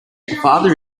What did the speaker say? father